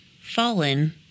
fallen